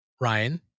Ryan